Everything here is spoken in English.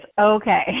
okay